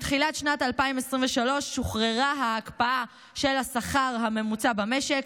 בתחילת שנת 2023 שוחררה הקפאת השכר הממוצע במשק,